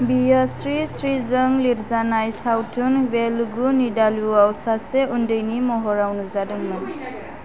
बियो श्री श्रीजों लिरजानाय सावथुन वेलुगु नीदालुवाव सासे उन्दैनि महराव नुजादोंमोन